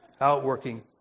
outworking